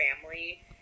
family